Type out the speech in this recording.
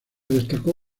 destacó